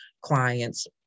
clients